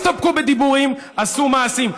לא הסתפקו בדיבורים, עשו מעשים.